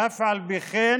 אף על פי כן